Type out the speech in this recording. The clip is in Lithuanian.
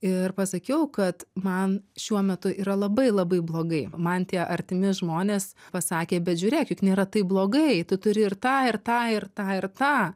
ir pasakiau kad man šiuo metu yra labai labai blogai man tie artimi žmonės pasakė bet žiūrėk juk nėra taip blogai tu turi ir tą ir tą ir tą ir tą